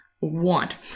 want